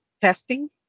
testing